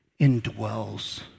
indwells